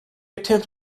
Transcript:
attempts